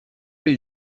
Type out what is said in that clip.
les